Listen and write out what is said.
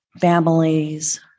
families